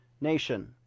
nation